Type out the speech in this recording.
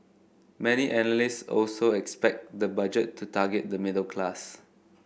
many analysts also expect the budget to target the middle class